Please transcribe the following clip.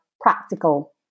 practical